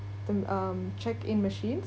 the um check in machines